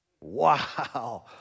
Wow